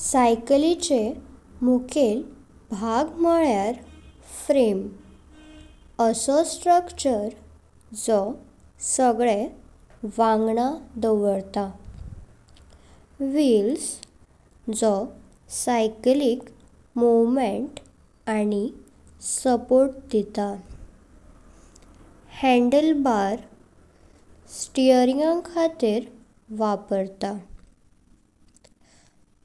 सायकलिचे मुख्येल भाग म्हण्यार फ्रेम, असो स्ट्रक्चर जो सगळे वंगडा धारता। व्हील्स, जो सायक्लिक मूवमेंट आणि सपोर्ट देता. हँडलबार्स, स्टीयरिंगाकातिर वापर्तात।